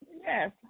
Yes